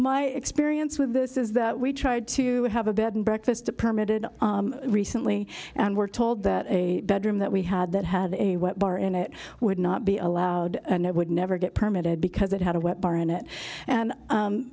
my experience with this is that we tried to have a bed and breakfast permitted recently and were told that a bedroom that we had that had a wet bar in it would not be allowed and it would never get permitted because it had a wet bar in it and